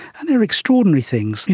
there are extraordinary things,